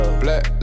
black